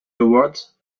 awards